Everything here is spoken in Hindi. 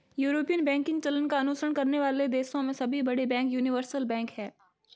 यूरोपियन बैंकिंग चलन का अनुसरण करने वाले देशों में सभी बड़े बैंक यूनिवर्सल बैंक हैं